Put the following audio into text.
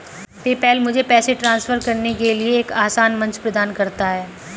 PayPal मुझे पैसे transfer करने के लिए एक आसान मंच प्रदान करता है